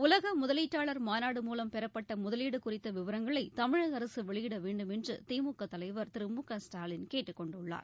உலக முதலீட்டாளர் மாநாடு மூவம் பெறப்பட்ட முதலீடு குறித்த விவரங்களை தமிழக அரசு வெளியிட வேண்டும் என்று திமுக தலைவர் திரு மு க ஸ்டாலின் கேட்டுக் கொண்டுள்ளார்